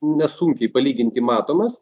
nesunkiai palyginti matomas